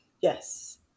Yes